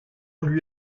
lui